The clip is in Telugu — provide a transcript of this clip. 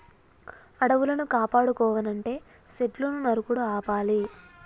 అడవులను కాపాడుకోవనంటే సెట్లును నరుకుడు ఆపాలి